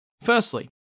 Firstly